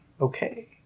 Okay